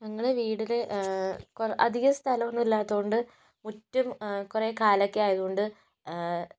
ഞങ്ങൾ വീട്ടില് കുറ അധികം സ്ഥലം ഒന്നും ഇല്ലാത്തത് കൊണ്ട് മിറ്റം കുറെ കാലമൊക്കെ ആയതുകൊണ്ട്